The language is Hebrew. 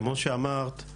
כמו שאמרת,